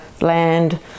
land